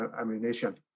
ammunition